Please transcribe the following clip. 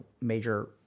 major